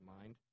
mind